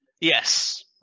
Yes